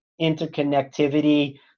interconnectivity